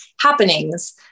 happenings